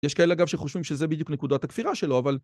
יש כאלה אגב שחושבים שזה בדיוק נקודת הכפירה שלו, אבל...